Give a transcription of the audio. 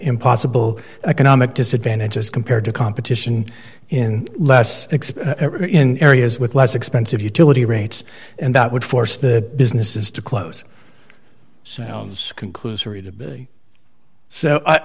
impossible economic disadvantage as compared to competition in less in areas with less expensive utility rates and that would force the business is to close so conclusory to so i